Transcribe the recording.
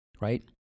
right